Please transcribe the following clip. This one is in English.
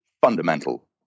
fundamental